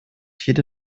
jede